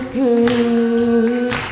good